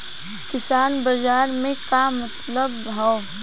किसान बाजार मे का मिलत हव?